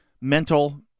mental